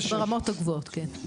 ברמות הגבוהות, כן.